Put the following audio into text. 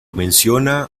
menciona